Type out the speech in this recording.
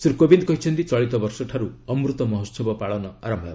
ଶ୍ରୀ କୋବିନ୍ଦ କହିଛନ୍ତି ଚଳିତ ବର୍ଷଠାରୁ 'ଅମୃତ ମହୋତ୍ସବ' ପାଳନ ଆରମ୍ଭ ହେବ